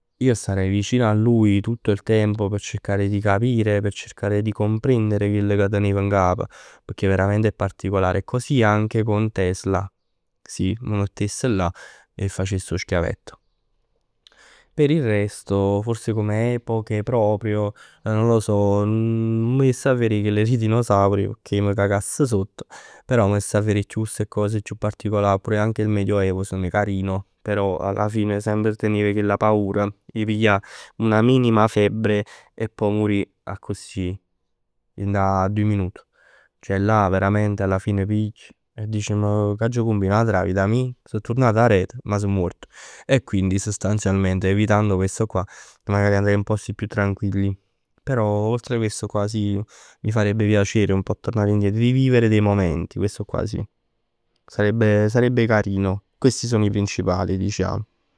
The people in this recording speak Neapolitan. Starei vicino a lui tutto il tempo per cercare di capire, per cercare di comprendere chell ca tenev ngap. Pecchè veramente è particolare. E così anche con Tesla sì. M' mettess là e facess 'o schiavetto. Per il resto forse come epoche proprio non lo so. Nun jess a verè chell d' 'e dinosauri pecchè m' cacass sott. Però m' jess a verè ste cos chiù particolari. Secondo me anche il Medioevo carino, però alla fine semp 'a tenè chella paura 'e piglià 'na minima febbre e pò murì accussì dint a doje minut. Ceh là alla fine veramente pigl e dic che aggia cumbinat d' 'a vita mij? So turnat aret ma so muort. E quindi evitando questo qua me ne andrei in posti più tranquilli. Però oltre questo qua sì mi farebbe piacere tornare indietro e rivivere dei momenti. Questo qua sì. Sarebbe sarebbe carino. Questi sono i principali diciamo.